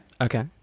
Okay